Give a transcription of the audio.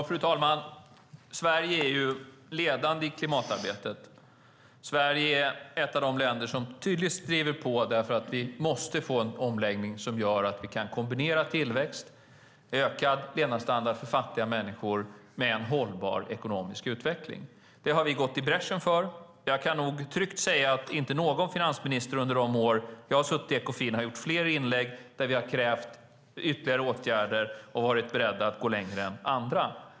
Fru talman! Sverige är ledande i klimatarbetet och ett av de länder som tydligt driver på därför att vi måste få en omläggning som gör att vi kan kombinera tillväxt och ökad levnadsstandard för fattiga människor med en hållbar ekonomisk utveckling. Det har vi gått i bräschen för. Jag kan nog tryggt säga att under de år som jag har suttit i Ekofin har inte någon finansminister gjort fler inlägg än jag där vi har krävt ytterligare åtgärder och varit beredda att gå längre än andra.